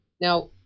Now